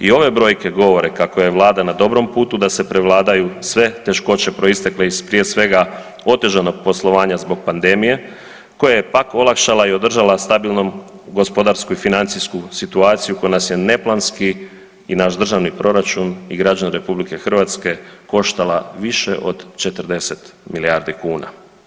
I ove brojke govore kako je vlada na dobrom putu da se prevladaju sve teškoće proistekle iz prije svega otežanog poslovanja zbog pandemije koje je pak olakšala i održala stabilnom gospodarsku i financijsku situaciju koja nas je neplanski i naš državni proračun i građane RH koštala više od 40 milijardi kuna.